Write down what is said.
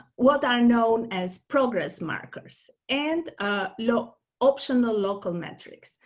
what are known as progress markers and low optional local metrics.